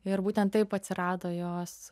ir būtent taip atsirado jos